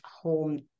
home